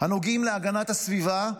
הנוגעים להגנת הסביבה,